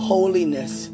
Holiness